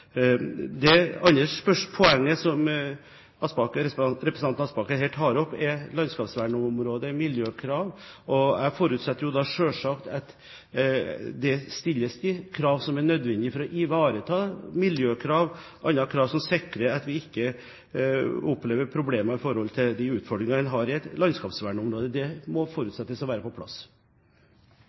Det andre poenget representanten Aspaker her tar opp, er landskapsvernområdets miljøkrav. Jeg forutsetter selvsagt at det stilles de krav som er nødvendige for å ivareta miljøhensyn, og andre krav som sikrer at vi ikke opplever problemer med å møte de utfordringer man har i et landskapsvernområde. Det må forutsettes å være på plass.